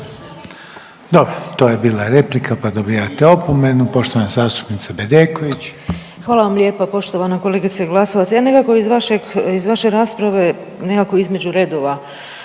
Dobro, to je bila replika pa dobivate opomenu. Poštovana zastupnica Bedeković. **Bedeković, Vesna (HDZ)** Hvala vam lijepo poštovana kolegice Glasovac. Ja nekako iz vašeg, iz vaše rasprave nekako između redova